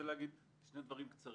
שני דברים קצרים.